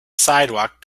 sidewalk